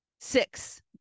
Six